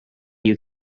you